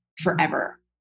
forever